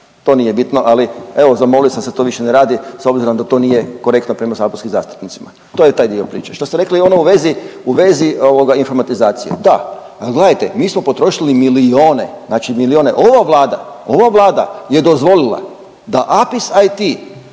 To nije bitno, ali, evo zamolio sam da se to više ne radi s obzirom da to nije korektno prema saborskim zastupnicima. To je taj dio priče. Što ste rekli ono u vezi, u vezi ovoga, informatizacije, da, ali gledajte, mi smo potrošili milijune, znači milijune, ova Vlada, ova Vlada je dozvolila da APIS IT